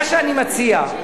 מה שאני מציע,